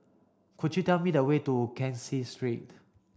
could you tell me the way to Kee Seng Street